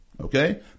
Okay